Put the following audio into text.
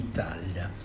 Italia